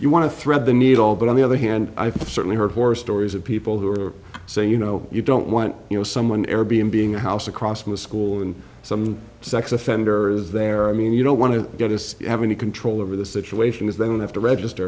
you want to thread the needle but on the other hand i've certainly heard horror stories of people who are saying you know you don't want you know someone ever be in being a house across from a school and some sex offender is there i mean you don't want to get to have any control over the situation as they don't have to register